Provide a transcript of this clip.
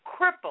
cripple